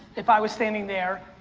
if i was standing there,